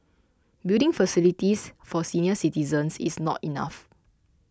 building facilities for senior citizens is not enough